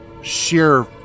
sheer